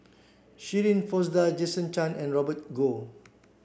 Shirin Fozdar Jason Chan and Robert Goh